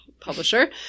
publisher